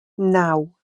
naw